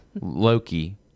Loki